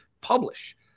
publish